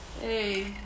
Hey